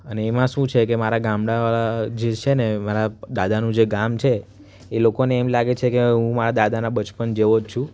અને એમાં શું છે કે મારા ગામડાવાળા જે છે ને મારા દાદાનું જે ગામ છે એ લોકોને એમ લાગે છે કે હું મારા દાદાના બચપન જેવો જ છું